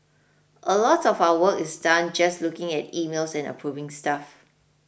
a lot of our work is done just looking at emails and approving stuff